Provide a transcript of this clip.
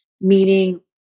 meaning